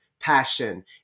Passion